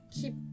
keep